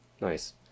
nice